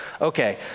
Okay